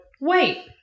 wait